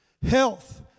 health